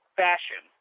fashion